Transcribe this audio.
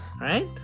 right